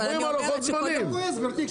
אבל אני אומרת שקודם --- אני לא כועס; גברתי,